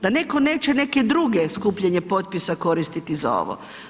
Da netko neće neke druge skupljanje potpisa koristiti za ovo.